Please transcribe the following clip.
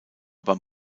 beim